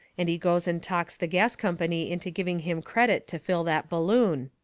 and he goes and talks the gas company into giving him credit to fill that balloon.